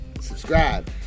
subscribe